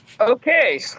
Okay